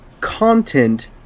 content